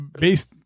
based